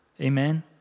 Amen